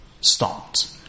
stopped